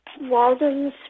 Walden's